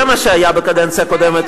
זה מה שהיה בקדנציה הקודמת.